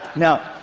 now,